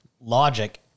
logic